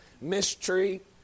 mistreat